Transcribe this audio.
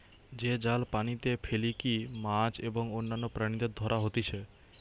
যে জাল পানিতে ফেলিকি মাছ এবং অন্যান্য প্রাণীদের ধরা হতিছে